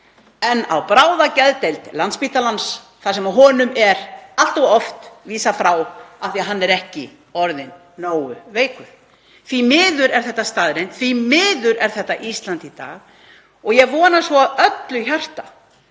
en á bráðageðdeild Landspítalans þar sem honum er allt of oft vísað frá af því að hann er ekki orðinn nógu veikur. Því miður er þetta staðreynd. Því miður er þetta Ísland í dag. Ég vona af öllu hjarta